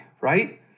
right